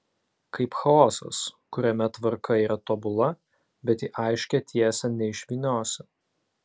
kaip chaosas kuriame tvarka yra tobula bet į aiškią tiesę neišvyniosi